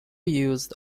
used